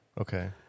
Okay